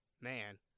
man